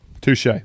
Touche